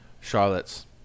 Charlotte's